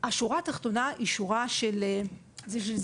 השורה התחתונה היא שורה של זלזול.